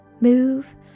move